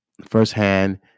firsthand